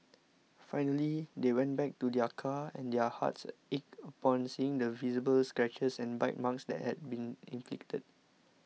finally they went back to their car and their hearts ached upon seeing the visible scratches and bite marks that had been inflicted